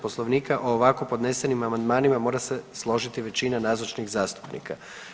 Poslovnika o ovako podnesenim amandmanima mora se složiti većina nazočnih zastupnika.